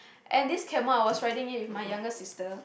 and this camel I was riding it with my younger sister